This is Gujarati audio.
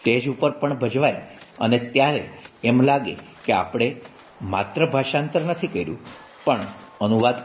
સ્ટેજ ઉપર પણ ભજવાય અને ત્યારે એમ લાગે કે આપણે માત્ર ભાષાંતર નથી કર્યું પણ અનુવાદ